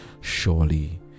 Surely